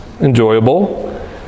enjoyable